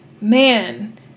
man